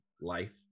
life